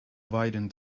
widen